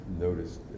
noticed